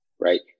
right